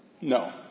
No